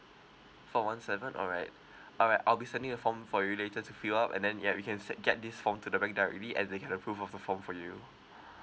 four one seven all right all right I'll be sending a form for you later to fill up and then ya we can set get this form to the bank directly and they can approve of the form for you